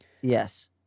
Yes